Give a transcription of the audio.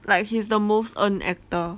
like he's the most earned actor